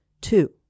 Two